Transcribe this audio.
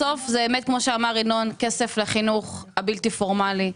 בסוף כמו שאמר ינון, כסף לחינוך הבלתי פורמלי.